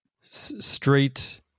straight